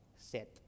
set